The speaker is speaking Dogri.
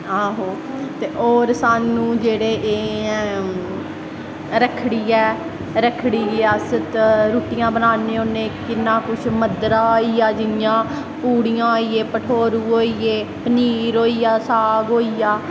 और स्हानू जेह्ड़ा एह् ऐं रक्खड़ी ऐ रक्खड़ी गी अस रुट्टियां बनान्ने होन्ने किन्ना कुछ मध्दरा होईया जियां पूड़ियां होईये भठोरू होईये पनीर होईया साग होईया